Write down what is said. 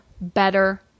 better